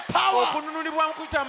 power